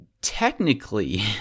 technically